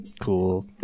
Cool